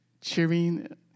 cheering